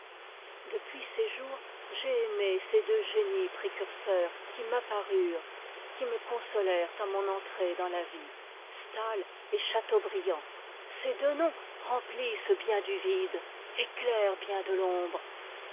depuis ces jours j'ai aimé ces deux génies précurseurs qui m'apparurent qui me consolèrent à mon entrée dans la vie staël et châteaubriand ces deux noms remplissent bien du vide éclairent bien de l'ombre